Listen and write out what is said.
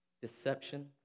deception